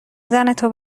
زنتو